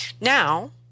Now